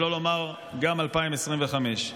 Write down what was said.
שלא לומר גם 2025: